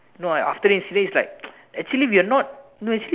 no after this incident is like actually we're not no actually